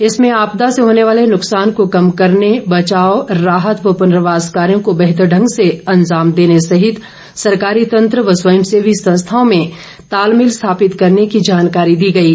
इसमें आपदा से होर्न वाले नुकसान को कम करने और बचाव राहत व पुर्नवास कार्यो को बेहतर ढंग से अंजाम देने सहित सरकारी तंत्र व स्वयं सेवी संस्थाओं में समन्वय स्थापित करने की जानकारी दी गई है